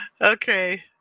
Okay